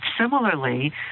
similarly